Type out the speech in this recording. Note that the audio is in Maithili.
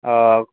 ओ